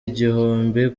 igihumbi